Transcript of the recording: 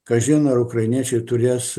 kažin ar ukrainiečiai turės